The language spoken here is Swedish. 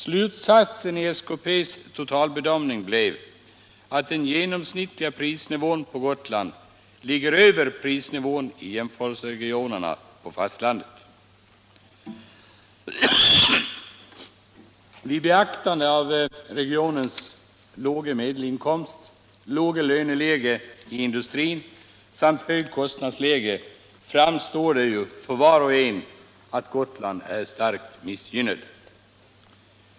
Slutsatsen i SPK:s totalbedömning blev att den genomsnittliga prisnivån på Gotland ligger över prisnivån i jämförelseregionerna på fastlandet. Vid beaktande av regionens låga medelinkomst, låga löneläge i industrin samt höga kostnadsläge framstår det för var och en att Gotland är starkt missgynnat.